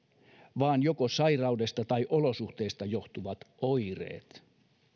vaan joko sairaudesta tai olosuhteista johtuvat oireet